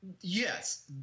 yes